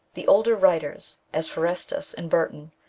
the older writers, as forestus and burton,